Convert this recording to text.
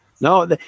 No